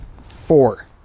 Four